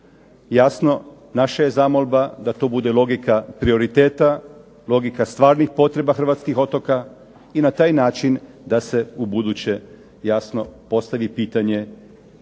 Jasno, naša je zamolba da to bude logika prioriteta, logika stvarnih potreba hrvatskih otoka i na taj način da se ubuduće jasno postavi pitanje